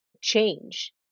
change